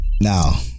Now